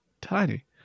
Tiny